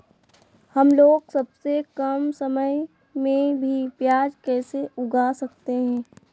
हमलोग सबसे कम समय में भी प्याज कैसे उगा सकते हैं?